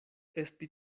esti